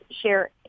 share